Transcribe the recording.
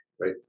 right